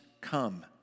come